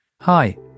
Hi